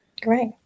great